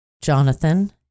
Jonathan